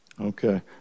Okay